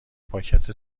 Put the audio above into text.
پاکت